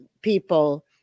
people